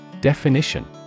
Definition